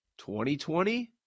2020